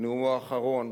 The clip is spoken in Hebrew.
בנאומו האחרון